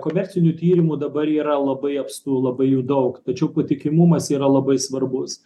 komercinių tyrimų dabar yra labai apstu labai jų daug tačiau patikimumas yra labai svarbus